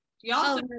Y'all